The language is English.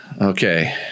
Okay